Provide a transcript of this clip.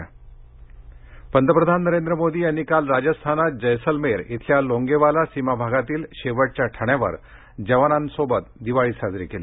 पंतप्रधान पंतप्रधान नरेंद्र मोदी यांनी काल राजस्थानात जैसलमेर इथल्या लोंगेवाला सीमाभागातील शेवटच्या ठाण्यावर जवानांबरोबर दिवाळी साजरी केली